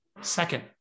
Second